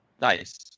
Nice